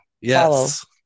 yes